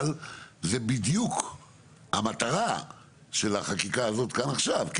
אבל, זו בדיוק המטרה של החקיקה זאת כאן עכשיו.